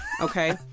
Okay